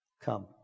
come